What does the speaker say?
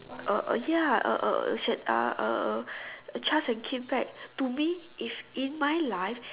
a a ya a a shirt ah a a Charles-and-Keith bag to me is in my life